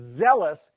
zealous